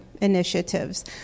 Initiatives